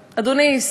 אדוני,